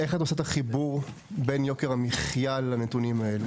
איך את עושה את החיבור בין יוקר המחיה לנתונים האלה?